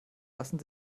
lassen